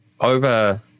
over –